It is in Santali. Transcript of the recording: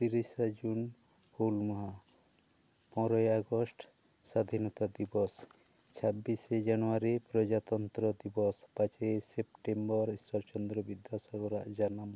ᱛᱤᱨᱮᱥᱟ ᱡᱩᱱ ᱦᱩᱞ ᱢᱟᱦᱟ ᱯᱚᱱᱮᱨᱚᱭ ᱟᱜᱚᱥᱴ ᱥᱟᱹᱫᱷᱤᱱᱚᱛᱟ ᱫᱤᱵᱚᱥ ᱪᱷᱟᱵᱽᱵᱤᱥᱮ ᱡᱟᱱᱣᱟᱨᱤ ᱯᱨᱚᱡᱟᱛᱚᱱᱛᱨᱚ ᱫᱤᱵᱚᱥ ᱯᱚᱪᱤᱥᱮ ᱥᱮᱯᱴᱮᱢᱵᱚᱨ ᱤᱥᱥᱚᱨ ᱪᱚᱱᱫᱨᱚ ᱵᱤᱫᱽᱫᱭᱟᱥᱟᱜᱚᱨᱟᱜ ᱡᱟᱱᱟᱢ ᱢᱟᱦᱟ